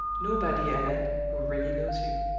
nobody, allan, who really knows you.